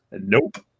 Nope